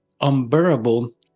unbearable